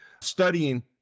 studying